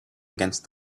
against